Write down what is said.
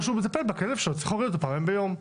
שהוא מטפל בכלב שלו שצריך להוריד אותו פעמיים ביום.